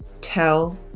Tell